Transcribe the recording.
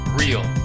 real